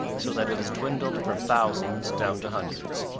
so that it has dwindled from thousands down to hundreds.